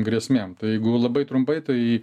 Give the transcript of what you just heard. grėsmėm jeigu labai trumpai tai